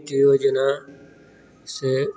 जेना से